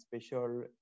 special